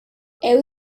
heu